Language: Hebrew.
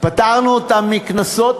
פטרנו אותם מקנסות,